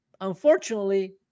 unfortunately